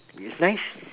it's nice